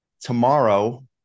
tomorrow